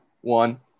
one